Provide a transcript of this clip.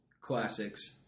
classics